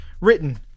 written